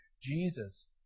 Jesus